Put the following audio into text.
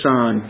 Son